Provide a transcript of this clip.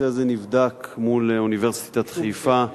הנושא הזה נבדק מול אוניברסיטת חיפה,